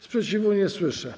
Sprzeciwu nie słyszę.